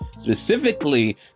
specifically